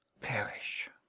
perish